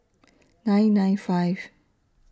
nine nine five